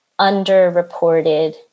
underreported